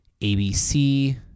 ABC